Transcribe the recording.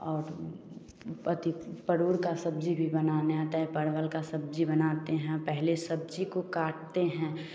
और अथी परोर का सब्ज़ी भी बनाना आता है परवल की सब्ज़ी बनाते हैं पहले सब्ज़ी को काटते हैं